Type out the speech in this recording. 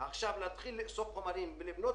או רשויות חלשות באופן כללי הן הרשויות שנפגעות